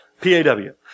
P-A-W